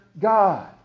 God